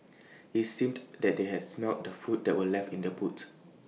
IT seemed that they had smelt the food that were left in the boot